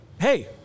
hey